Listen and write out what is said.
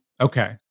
Okay